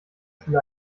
schule